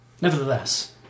Nevertheless